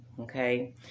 okay